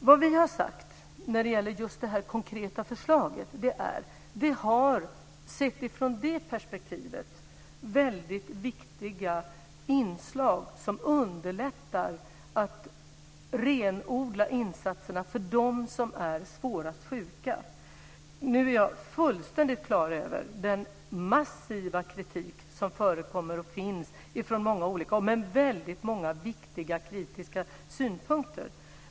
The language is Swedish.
Vad vi har sagt när det gäller just det här konkreta förslaget är att vi har väldigt viktiga inslag som underlättar att renodla insatserna för dem som är svårast sjuka. Nu är jag fullständigt klar över den massiva kritik som förekommer från många olika håll. Det är väldigt många viktiga kritiska synpunkter.